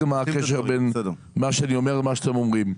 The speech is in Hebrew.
מה הקשר בין מה שאני אומר ומה שאתם אומרים.